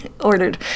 ordered